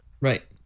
right